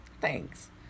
thanks